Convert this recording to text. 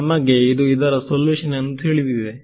ನಮಗೆ ಇದು ಇದರ ಸೊಲ್ಯುಷನ್ ಎಂದು ತಿಳಿದಿದೆ